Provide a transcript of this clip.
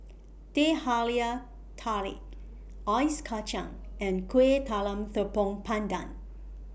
Teh Halia Tarik Ice Kachang and Kuih Talam Tepong Pandan